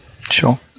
Sure